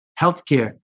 healthcare